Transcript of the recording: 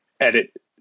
edit